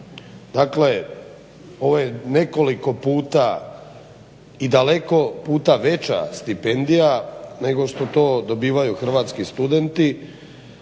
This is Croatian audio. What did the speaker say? Dakle, ovo je nekoliko puta i daleko puta veća stipendija nego što to dobivaju hrvatski studenti.